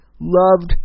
loved